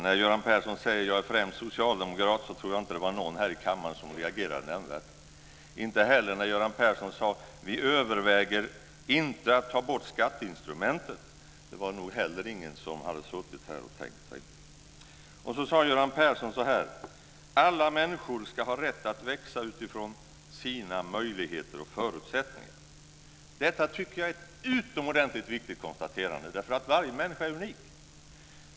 Jag tror inte att det var någon som reagerade nämnvärt när Göran Persson sade att han främst är socialdemokrat, inte heller när Göran Persson sade: Vi överväger inte att ta bort skatteinstrumentet. Det var nog ingen som hade suttit här och tänkt sig det. Göran Persson sade också: Alla människor ska ha rätt att växa utifrån sina möjligheter och förutsättningar. Jag tycker att det är ett utomordentligt viktigt konstaterande, för varje människa är unik.